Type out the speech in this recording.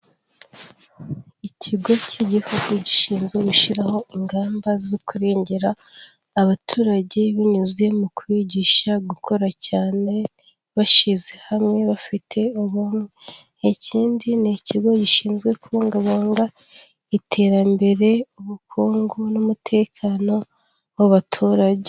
Ikigo k'igihugu gishinzwe gushyiraho ingamba zo kurengera abaturage binyuze mu kwigisha gukora cyane bashyize hamwe bafite ubumwe ikindi ni ikigo gishinzwe kubungabunga iterambere, ubukungu n'umutekano w'abaturage.